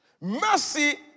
Mercy